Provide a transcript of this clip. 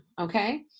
okay